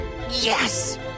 Yes